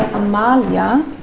amalia.